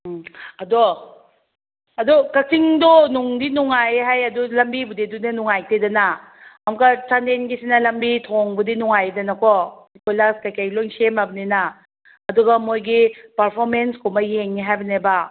ꯎꯝ ꯑꯗꯣ ꯑꯗꯣ ꯀꯛꯆꯤꯡꯗꯣ ꯅꯨꯡꯗꯤ ꯅꯨꯡꯉꯥꯏ ꯍꯥꯏꯌꯦ ꯑꯗꯨ ꯂꯝꯕꯤꯕꯨꯗꯤ ꯑꯗꯨꯅ ꯍꯦꯟꯅ ꯅꯨꯡꯉꯥꯏꯇꯦꯗꯅ ꯑꯃꯨꯛꯀ ꯆꯥꯟꯗꯦꯜꯒꯤꯁꯤꯅ ꯂꯝꯕꯤ ꯊꯣꯡꯕꯨꯗꯤ ꯅꯨꯡꯉꯥꯏꯌꯦꯗꯅꯀꯣ ꯀꯣꯏꯂꯥꯁ ꯀꯩꯀꯩ ꯂꯣꯏ ꯁꯦꯝꯃꯕꯅꯤꯅ ꯑꯗꯨꯒ ꯃꯣꯏꯒꯤ ꯄꯥꯔꯐꯣꯃꯦꯟꯁ ꯀꯨꯝꯕ ꯌꯦꯡꯉꯦ ꯍꯥꯏꯕꯅꯦꯕ